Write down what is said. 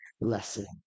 lesson